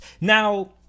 Now